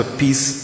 peace